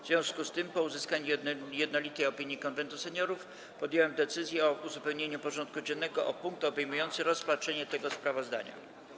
W związku z tym, po uzyskaniu jednolitej opinii Konwentu Seniorów, podjąłem decyzję o uzupełnieniu porządku dziennego o punkt obejmujący rozpatrzenie tego sprawozdania.